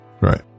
Right